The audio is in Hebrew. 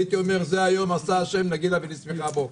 הייתי אומר: זה היום עשה השם נגילה ונשמחה בו.